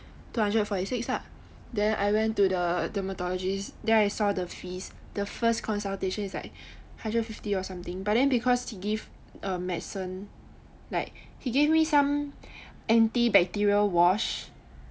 two hundred and forty six lah then I went to the dermatologist then I saw the fees the first consulation is like hundred fifty or something but then because um he give medicine like he gave me some anti bacterial wash